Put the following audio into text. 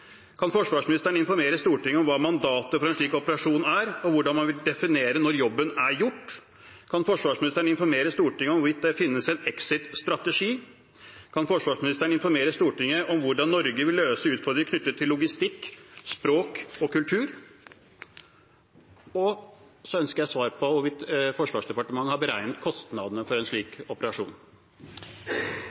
Kan forsvarsministeren informere Stortinget om hva mandatet for en slik operasjon er og hvordan man vil definere når jobben er gjort? Kan forsvarsministeren informere Stortinget om hvorvidt det finnes en exit-strategi? Kan forsvarsministeren informere Stortinget om hvordan Norge vil løse utfordringer knyttet til logistikk, språk og kultur? Og så ønsker jeg svar på hvorvidt Forsvarsdepartementet har beregnet kostnadene for en slik operasjon.